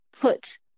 put